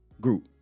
group